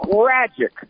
tragic